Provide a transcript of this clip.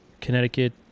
Connecticut